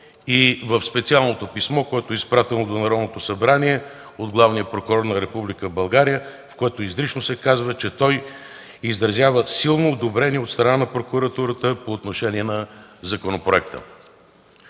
и в специалното писмо, което е изпратено до Народното събрание от главния прокурор на Република България, в което изрично се казва, че той изразява силно одобрение от страна на Прокуратурата по отношение на законопроекта.